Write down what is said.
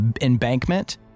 embankment